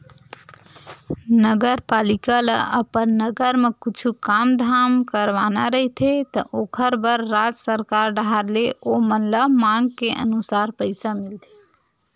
नगरपालिका ल अपन नगर म कुछु काम धाम करवाना रहिथे त ओखर बर राज सरकार डाहर ले ओमन ल मांग के अनुसार पइसा मिलथे